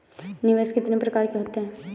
निवेश कितनी प्रकार के होते हैं?